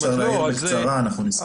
אם אפשר להעיר בקצרה, נשמח.